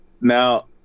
Now